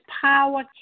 power